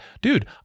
dude